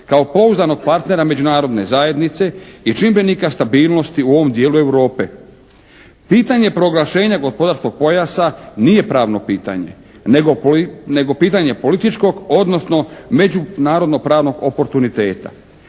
kao pouzdanog partnera Međunarodne zajednice i čimbenika stabilnosti u ovom dijelu Europe. Pitanje proglašenja gospodarskog pojasa nije pravno pitanje, nego pitanje političkog, odnosno međunarodnog narodno-pravnog oportuniteta.